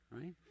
right